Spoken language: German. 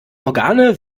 organe